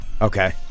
Okay